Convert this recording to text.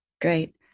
great